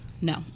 No